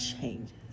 changes